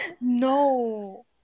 No